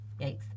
Yikes